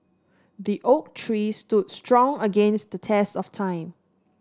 the oak tree stood strong against the test of time